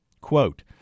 quote